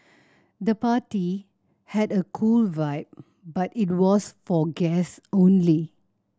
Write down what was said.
the party had a cool vibe but it was for guests only